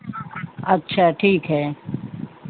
अच्छा ठीक है